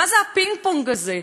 מה זה הפינג-פונג הזה?